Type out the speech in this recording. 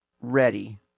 ready